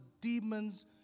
demons